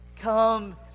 come